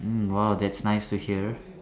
mm !wow! that's nice to hear